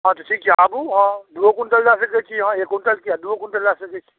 हँ तऽ ठीक छै आबू हँ दूओ क्विन्टल लऽ सकै छी एक क्विन्टल किएक दूओ क्विन्टल लऽ सकै छी